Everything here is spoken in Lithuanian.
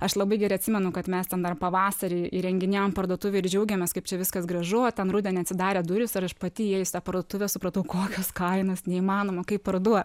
aš labai gerai atsimenu kad mes ten dar pavasarį įrenginėjom parduotuvę ir džiaugėmės kaip čia viskas gražu o ten rudenį atsidarė durys ir aš pati įėjus į tą parduotuvę supratau kokios kainos neįmanoma kaip parduot